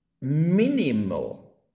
minimal